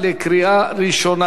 תשעה בעד,